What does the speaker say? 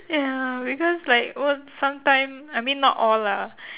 ya because like one sometime I mean like not all lah